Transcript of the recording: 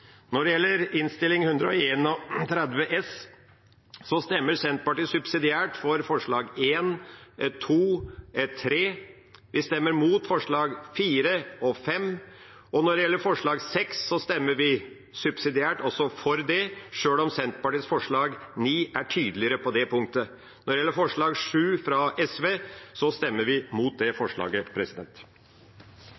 Når det gjelder Innst. 131 S, stemmer Senterpartiet subsidiært for forslagene nr. 1–3. Vi stemmer mot forslagene nr. 4 og 5. Når det gjelder forslag nr. 6, stemmer vi subsidiært også for det, sjøl om Senterpartiets forslag, nr. 9, er tydeligere på det punktet. Når det gjelder forslag nr. 7, fra Sosialistisk Venstreparti, stemmer vi mot det